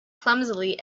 clumsily